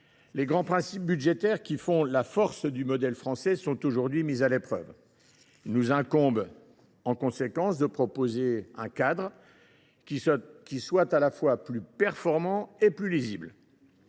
Les grands principes budgétaires qui font la force du modèle français sont aujourd’hui mis à l’épreuve. Il nous incombe, en conséquence, de proposer un cadre plus performant et plus lisible.